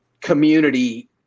community